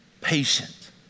patient